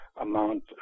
amount